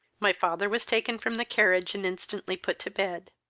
my father was taken from the carriage, and instantly put to bed.